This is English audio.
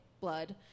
Blood